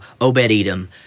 Obed-Edom